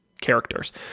characters